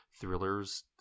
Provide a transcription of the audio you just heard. thriller's